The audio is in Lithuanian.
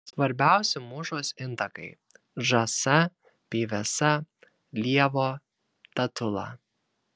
svarbiausi mūšos intakai žąsa pyvesa lėvuo tatula